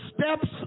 steps